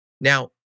Now